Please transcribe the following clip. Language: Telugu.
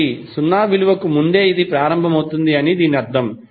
కాబట్టి ఇది 0 విలువకు ముందే ప్రారంభమవుతుంది అని దీని అర్థం